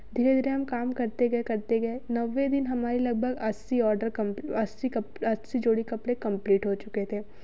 धीरे धीरे हम काम करते गए करते गए दिन हमारे लगभग अस्सी ऑर्डर कम्प्लीट अस्सी जोड़े कपड़े कम्प्लीट हो चुके थे